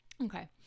okay